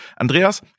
Andreas